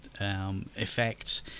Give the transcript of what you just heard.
effects